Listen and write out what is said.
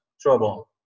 trouble